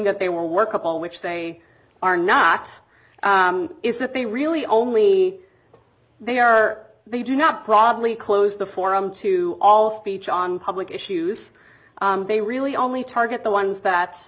that they were workable which they are not is that they really only they are they do not broadly close the forum to all speech on public issues they really only target the ones that